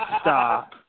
Stop